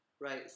Right